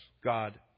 God